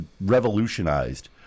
revolutionized